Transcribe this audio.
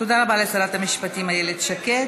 תודה רבה לשרת המשפטים איילת שקד.